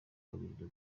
kabiri